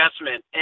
investment